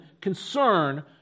concern